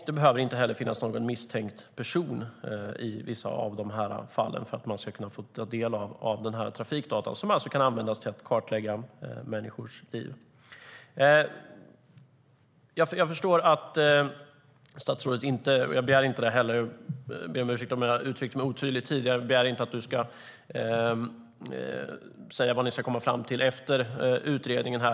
Det behöver inte heller finns någon misstänkt person i vissa av de här fallen för att man ska få ta del av dessa trafikdata, som kan användas för att kartlägga människors liv. Jag begär inte - jag ber om ursäkt om jag uttryckte mig otydligt tidigare - att statsrådet ska säga vad ni ska komma fram till efter utredningen.